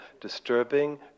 disturbing